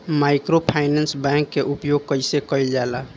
Microfinance bank के उपयोग कइसे कइल जाला?